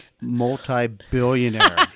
multi-billionaire